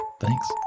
Thanks